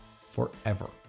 forever